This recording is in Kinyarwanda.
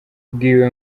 bwiwe